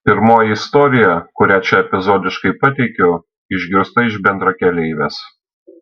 pirmoji istorija kurią čia epizodiškai pateikiu išgirsta iš bendrakeleivės